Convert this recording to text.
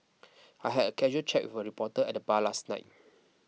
I had a casual chat with a reporter at the bar last night